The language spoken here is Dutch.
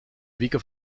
wieken